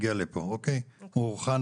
הוא הוכן,